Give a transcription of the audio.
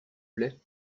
plaît